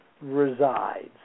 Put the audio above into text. resides